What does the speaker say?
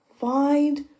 find